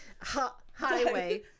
highway